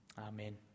Amen